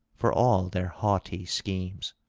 for all their haughty schemes.